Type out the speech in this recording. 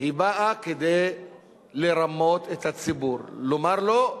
היא באה לרמות את הציבור, לומר לו: